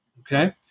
Okay